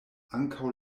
ankaŭ